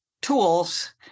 tools